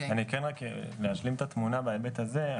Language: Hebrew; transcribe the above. רק להשלים את התמונה בהיבט הזה.